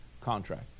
contract